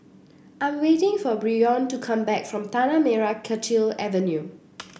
I am waiting for Bryon to come back from Tanah Merah Kechil Avenue